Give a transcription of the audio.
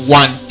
one